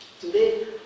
Today